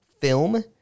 film